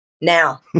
Now